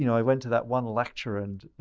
you know i went to that one lecture, and, you